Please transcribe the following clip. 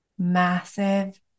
massive